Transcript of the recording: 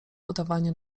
udawaniu